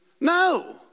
No